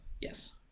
Yes